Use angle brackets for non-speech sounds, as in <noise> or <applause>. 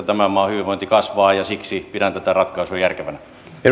<unintelligible> tämän maan hyvinvointi kasvaa ja siksi pidän tätä ratkaisua järkevänä